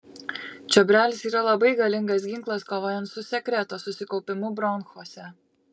čiobrelis yra labai galingas ginklas kovojant su sekreto susikaupimu bronchuose